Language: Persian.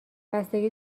بستگی